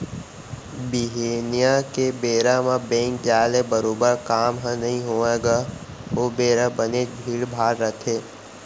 बिहनिया के बेरा म बेंक जाय ले बरोबर काम ह नइ होवय गा ओ बेरा बनेच भीड़ भाड़ रथे